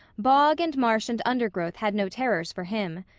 bog and marsh and undergrowth had no terrors for him.